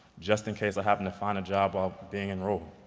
just in case i happened to find a job while being enrolled.